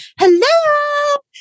hello